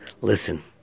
Listen